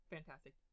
Fantastic